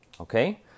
okay